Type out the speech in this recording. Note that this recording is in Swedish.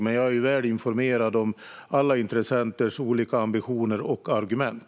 Men jag är väl informerad om alla intressenters olika ambitioner och argument.